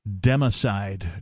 Democide